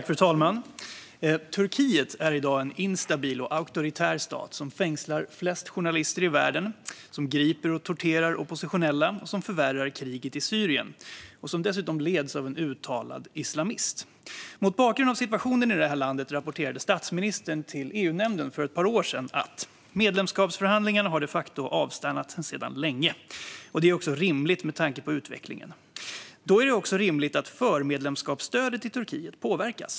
Fru talman! Turkiet är i dag en instabil och auktoritär stat som fängslar flest journalister i världen, som griper och torterar oppositionella och som förvärrar kriget i Syrien. Dessutom leds Turkiet av en uttalad islamist. Mot bakgrund av situationen i landet rapporterade statsministern till EU-nämnden för ett par år sedan att medlemskapsförhandlingarna de facto hade avstannat för länge sedan och att detta också var rimligt med tanke på utvecklingen. Då är det också rimligt att förmedlemskapsstödet till Turkiet påverkas.